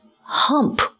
Hump